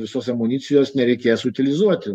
visos amunicijos nereikės utilizuoti